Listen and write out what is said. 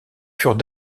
furent